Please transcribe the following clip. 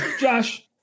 Josh